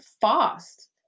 fast